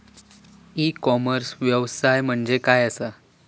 E commerce व्यवसाय म्हणजे काय असा?